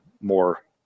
more